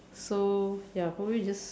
so ya probably just